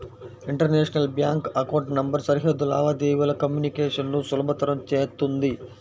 international bank account number సరిహద్దు లావాదేవీల communication ను సులభతరం చేత్తుంది